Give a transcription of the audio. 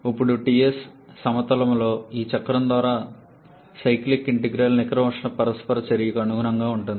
ఇప్పుడు Ts సమతలములో ఈ చక్రం ద్వారా సైక్లిక్ ఇంటిగ్రల్ నికర ఉష్ణ పరస్పర చర్యకు అనుగుణంగా ఉంటుంది